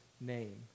name